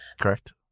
Correct